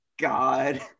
god